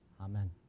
Amen